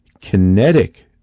kinetic